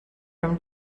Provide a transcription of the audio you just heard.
from